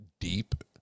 deep